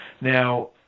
Now